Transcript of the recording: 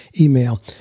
email